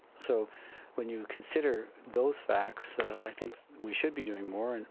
so when you consider those facts, i think we should be doing more, and